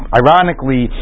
ironically